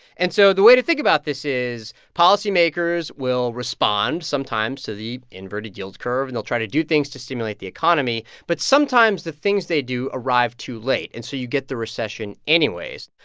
and so the way to think about this is policymakers will respond sometimes to the inverted yield curve, and they'll try to do things to stimulate the economy. but sometimes, the things they do arrive too late, and so you get the recession anyways.